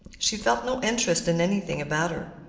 she felt no interest in anything about her.